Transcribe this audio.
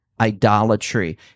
idolatry